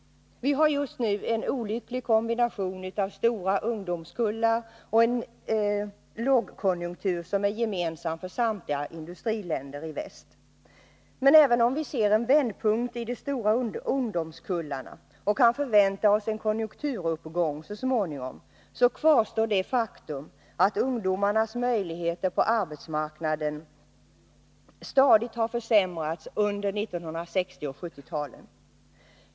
Vi har just nu en olycklig kombination av stora ungdomskullar och en lågkonjunktur, som är gemensam för samtliga industriländer i väst. Men även om vi ser en vändpunkt när det gäller de stora ungdomskullarna och kan förvänta oss en konjunkturuppgång så småningom kvarstår det faktum att ungdomarnas möjligheter på arbetsmarknaden stadigt har försämrats under 1960 och 1970-talen.